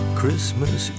christmas